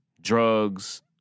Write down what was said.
drugs